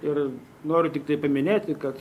ir noriu tiktai paminėti kad